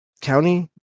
County